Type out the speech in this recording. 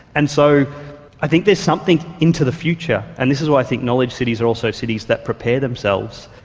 and so i think there's something into the future, and this is why i think knowledge cities are also cities that prepare themselves.